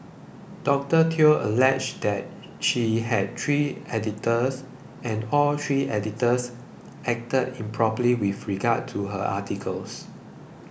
Doctor Teo alleged that she had three editors and all three editors acted improperly with regard to her articles